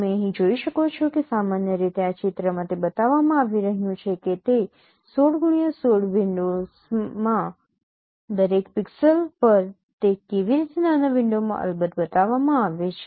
તમે અહીં જોઈ શકો છો કે સામાન્ય રીતે આ ચિત્રમાં તે બતાવવામાં આવી રહ્યું છે કે તે 16x16 વિન્ડોમાં દરેક પિક્સેલ્સ પર તે કેવી રીતે નાના વિન્ડોમાં અલબત્ત બતાવવામાં આવે છે